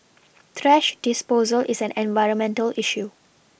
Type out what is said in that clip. thrash disposal is an environmental issue